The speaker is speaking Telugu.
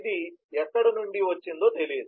ఇది ఎక్కడ నుండి వచ్చిందో తెలియదు